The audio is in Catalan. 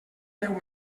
deu